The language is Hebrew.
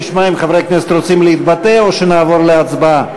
נשמע אם חברי הכנסת רוצים להתבטא או שנעבור להצבעה.